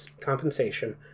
compensation